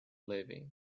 living